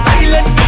Silent